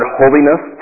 holiness